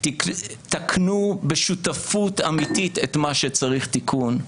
תקנו בשותפות אמיתית את מה שצריך תיקון.